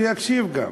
שיקשיב גם.